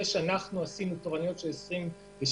זה שאנחנו עשינו תורנויות ארוכות זה